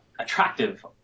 attractive